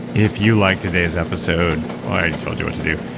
if you like today's episode, well, i already told you what to do.